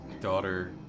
daughter